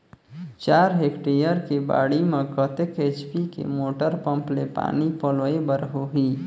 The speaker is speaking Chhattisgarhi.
चार हेक्टेयर के बाड़ी म कतेक एच.पी के मोटर पम्म ले पानी पलोय बर होही?